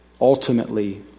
ultimately